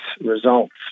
results